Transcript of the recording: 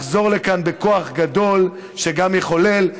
לחזור לכאן בכוח גדול שגם יחולל,